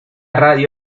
radio